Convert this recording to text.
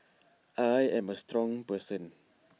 I am A strong person